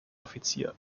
offizier